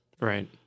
Right